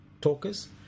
talkers